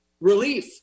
relief